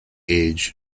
age